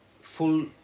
full